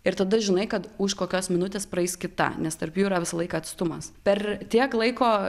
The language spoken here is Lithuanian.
ir tada žinai kad už kokios minutės praeis kita nes tarp jų yra visą laiką atstumas per tiek laiko